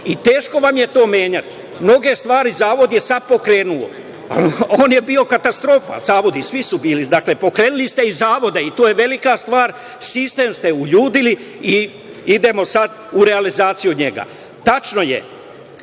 I teško vam je to menjati. Mnoge stvari zavod je sad pokrenuo. A on je bio katastrofa. Svi su bili. Dakle, pokrenuli ste i zavode. To je velika stvar. Sistem ste uljudili i idemo sad u realizaciju njega. Tačno je